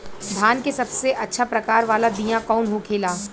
धान के सबसे अच्छा प्रकार वाला बीया कौन होखेला?